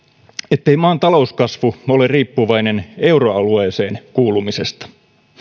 ettei maan talouskasvu ole riippuvainen euroalueeseen kuulumisesta